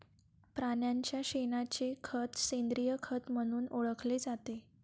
प्राण्यांच्या शेणाचे खत सेंद्रिय खत म्हणून ओळखले जाते